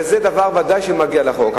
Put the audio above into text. וזה ודאי דבר שמגיע לחוק.